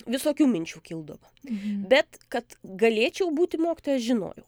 visokių minčių kildavo bet kad galėčiau būti mokytoja aš žinojau